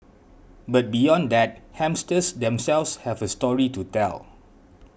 but beyond that hamsters themselves have a story to tell